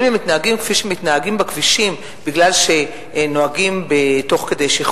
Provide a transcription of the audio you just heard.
האם הם מתנהגים כפי שהם מתנהגים בכבישים בגלל שהם נוהגים בשכרות?